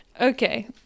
Okay